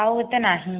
ଆଉ ଏତେ ନାହିଁ